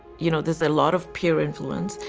you know, there's a lot of peer influence.